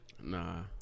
Nah